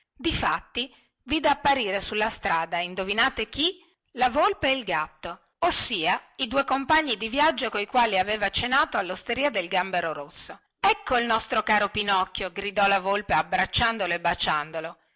frasche difatti vide apparire sulla strada indovinate chi la volpe e il gatto ossia i due compagni di viaggio coi quali aveva cenato allosteria del gambero rosso ecco il nostro caro pinocchio gridò la volpe abbracciandolo e baciandolo